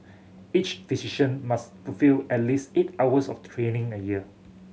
each physician must fulfil at least eight hours of training a year